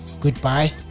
goodbye